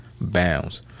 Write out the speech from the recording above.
bounds